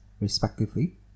respectively